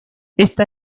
esta